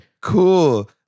Cool